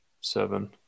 Seven